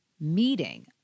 meeting